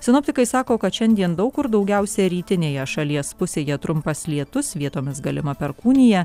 sinoptikai sako kad šiandien daug kur daugiausia rytinėje šalies pusėje trumpas lietus vietomis galima perkūnija